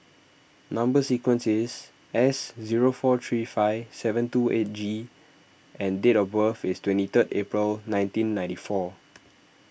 Number Sequence is S zero four three five seven two eight G and date of birth is twenty third April nineteen ninety four